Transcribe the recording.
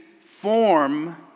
form